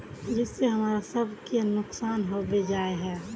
जिस से हमरा सब के नुकसान होबे जाय है?